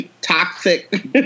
toxic